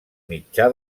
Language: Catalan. mitjà